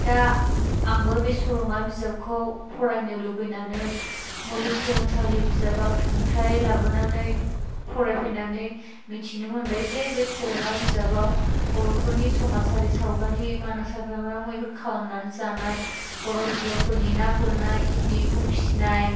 दा आंबो बे सल'मा बिजाबखौ फरायनो लुबैनानै मुलुगसोलोंसालिनि बिजाब बाख्रिनिफ्राय लाबोनानै फरायफैनानै मिथिनो मोनबाय जे बे सल'मा बिजाबाव बर'फोरनि समाजआरि सावगारि मानास हाग्रामायाव मैहुर खालामनानै जानाय बर' हिनजावफोरनि ना गुरनाय इन्दि एम्फौ फिसिनाय